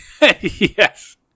Yes